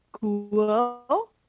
cool